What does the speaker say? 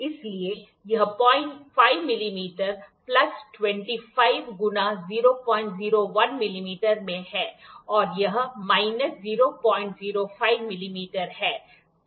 इसलिए यह 05 millimetre plus 25 गुना 001 मिलीमीटर में है और यह माइनस 005 मिलीमीटर है